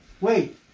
Wait